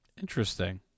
Interesting